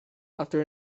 after